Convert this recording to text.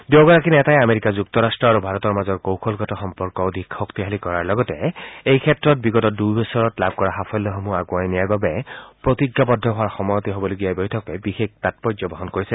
দুয়োগৰাকী নেতাই আমেৰিকা যুক্তৰাট্ট আৰু ভাৰতৰ মাজত কৌশলগত সম্পৰ্ক অধিক শক্তিশালী কৰাৰ লগতে এই ক্ষেত্ৰত বিগত দুই বছৰত লাভ কৰা সাফল্যসমূহ আগুৱাই নিয়াৰ বাবে প্ৰতিজ্ঞাবদ্ধ হোৱাৰ সময়তে হ'বলগীয়া এই বৈঠকে বিশেষ তাৎপৰ্য বহন কৰিছে